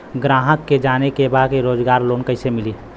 ग्राहक के जाने के बा रोजगार लोन कईसे मिली?